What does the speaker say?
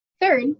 Third